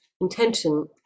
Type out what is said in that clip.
intention